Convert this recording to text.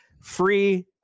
free